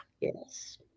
Yes